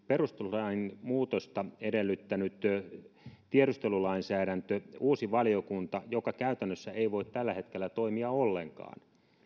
perustuslain muutosta edellyttänyt tiedustelulainsäädäntö uusi valiokunta joka käytännössä ei voi tällä hetkellä toimia ollenkaan